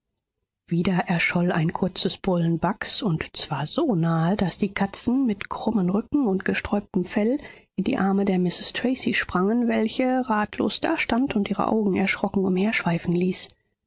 wieder erscholl ein kurzes brüllen baghs und zwar so nahe daß die katzen mit krummem rücken und gesträubtem fell in die arme der mrs tracy sprangen welche ratlos dastand und ihre augen erschrocken umherschweifen ließ